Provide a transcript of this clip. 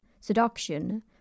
seduction